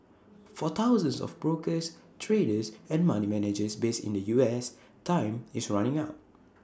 for thousands of brokers traders and money managers based in the us time is running out